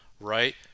right